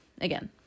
again